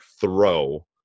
throw